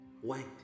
white